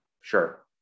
sure